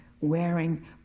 wearing